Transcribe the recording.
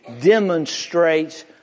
demonstrates